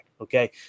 Okay